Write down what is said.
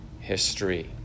history